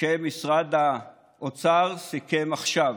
שמשרד האוצר סיכם עכשיו